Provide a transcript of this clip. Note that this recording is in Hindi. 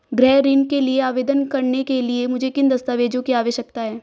गृह ऋण के लिए आवेदन करने के लिए मुझे किन दस्तावेज़ों की आवश्यकता है?